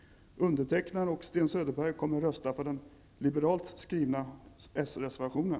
Undertecknad och Sten Söderberg kommer att rösta för den liberalt skrivna s-reservationen.